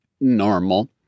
normal